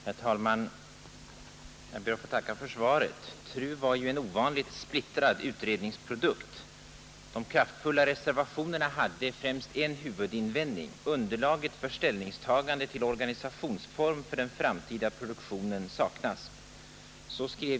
Herr talman! Jag ber att få tacka för svaret. TRU var ju en ovanligt splittrad utredningsprodukt. De kraftfulla reservationerna hade en huvudinvändning: Underlaget för ställningstagande till organisationsform för den framtida produktionen saknas.